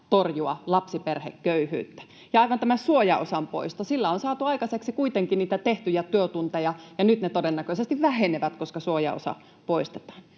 torjua lapsiperheköyhyyttä, ja aivan tämä suojaosan poisto — sillä on saatu aikaiseksi kuitenkin niitä tehtyjä työtunteja, ja nyt ne todennäköisesti vähenevät, koska suojaosa poistetaan.